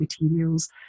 materials